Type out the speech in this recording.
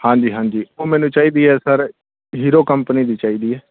ਹਾਂਜੀ ਹਾਂਜੀ ਉਹ ਮੈਨੂੰ ਚਾਹੀਦੀ ਹੈ ਸਰ ਹੀਰੋ ਕੰਪਨੀ ਦੀ ਚਾਹੀਦੀ ਹੈ